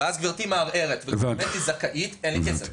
ואז אם גברתי מערערת ומסתבר שהיא זכאית אין לי כסף.